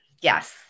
Yes